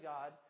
God